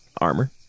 armor